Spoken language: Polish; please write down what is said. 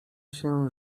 się